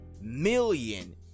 million